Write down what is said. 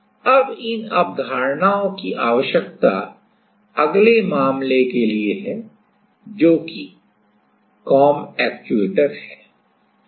अब इन अवधारणाओं की आवश्यकता अगले मामले के लिए है जो कि कॉम्ब एक्चूटर है